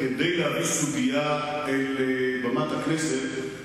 כדי להביא סוגיה אל במת הכנסת,